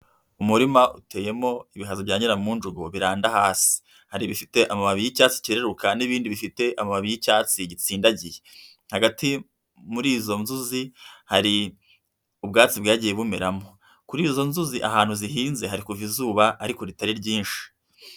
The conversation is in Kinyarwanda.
Umurima uteyemo ibihaza bya nyiramunjugu biranda hasi, hari ibifite amababi y'icyatsi cyeruruka n'ibindi bifite amababi y'icyatsi gitsindagiye, hagati muri izo nzuzi hari ubwatsi bwagiye bumeramo kuri izo nzuzi ahantu zihinze hari kuva izuba ariko ritari ryinshi.